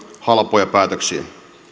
halpoja päätöksiä